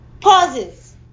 Pauses